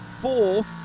fourth